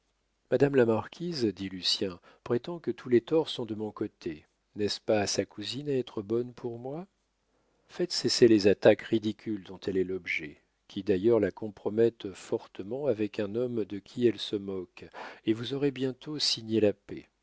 madame la marquise dit lucien prétend que tous les torts sont de mon côté n'est-ce pas à sa cousine à être bonne pour moi faites cesser les attaques ridicules dont elle est l'objet qui d'ailleurs la compromettent fortement avec un homme de qui elle se moque et vous aurez bientôt signé la paix